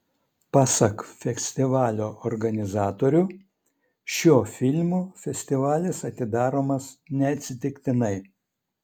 pasak festivalio organizatorių šiuo filmu festivalis atidaromas neatsitiktinai